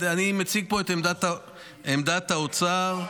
אני מציג פה את עמדת האוצר.